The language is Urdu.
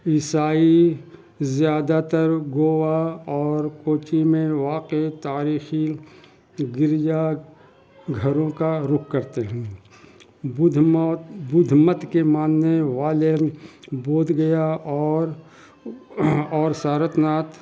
عیسائی زیادہ تر گوا اور کوچی میں واقع تاریخی گرجا گھروں کا رخ کرتے ہیں بدھ موت بدھ مت کے ماننے والے بودھ گیا اور اور سارناتھ